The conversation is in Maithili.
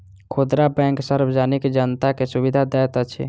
खुदरा बैंक सार्वजनिक जनता के सुविधा दैत अछि